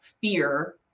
fear